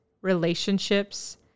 relationships